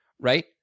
right